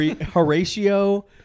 Horatio